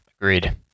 Agreed